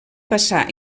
passar